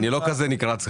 אני לא יודע הכול.